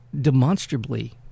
demonstrably